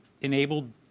enabled